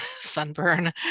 sunburn